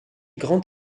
grand